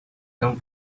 come